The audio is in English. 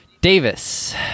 Davis